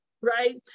right